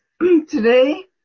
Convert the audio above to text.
Today